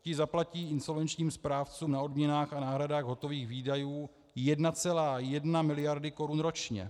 Ti zaplatí insolvenčním správcům a na odměnách a náhradách hotových výdajů 1,1 mld. Kč ročně.